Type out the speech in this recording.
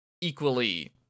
equally